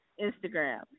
Instagram